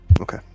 Okay